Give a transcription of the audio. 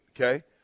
Okay